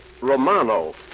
Romano